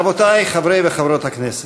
רבותי חברי וחברות הכנסת,